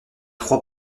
crois